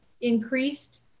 increased